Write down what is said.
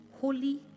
holy